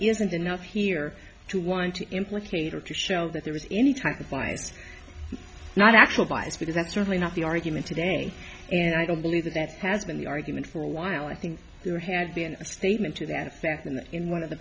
isn't enough here to want to implicate or to show that there was any type of fires not actual vies because that's certainly not the argument today and i don't believe that that has been the argument for a while i think there had been a statement to that effect and in one of the